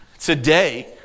today